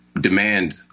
demand